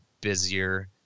busier